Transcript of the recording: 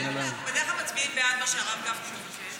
אנחנו בדרך כלל מצביעים בעד מה שהרב גפני מבקש.